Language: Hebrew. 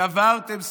שברתם שיאים.